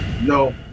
No